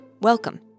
Welcome